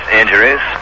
injuries